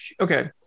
okay